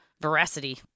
veracity